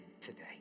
today